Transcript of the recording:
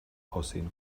aussehen